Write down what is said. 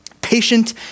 Patient